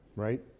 Right